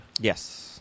Yes